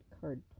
card